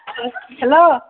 hello